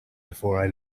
before